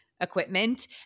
equipment